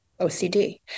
OCD